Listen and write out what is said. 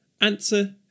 Answer